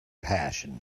passion